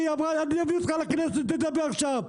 שהיא אמרה אני אביא אותך לכנסת תדבר שם.